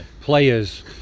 players